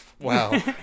Wow